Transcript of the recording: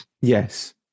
Yes